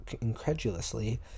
incredulously